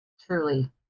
truly